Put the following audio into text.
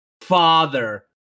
father